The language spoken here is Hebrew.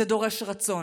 זה דורש רצון,